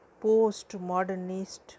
postmodernist